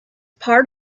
part